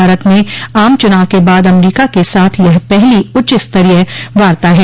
भारत में आम चुनाव के बाद अमरीका के साथ यह पहली उच्च स्तरीय वार्ता है